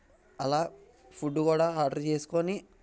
అలా ఫుడ్ కూడా ఆర్డర్ చేసుకోని